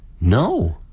No